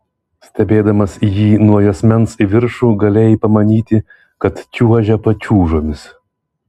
stebėdamas jį nuo juosmens į viršų galėjai pamanyti kad čiuožia pačiūžomis